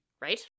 Right